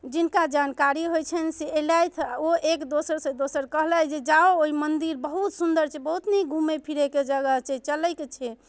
जिनका जानकारी होइ छनि से अएलथि आओर ओ एक दोसरसँ कहलथि जे जाउ ओ मन्दिर बहुत सुन्दर छै बहुत नीक घुमै फिरैके जगह छै चलैके छै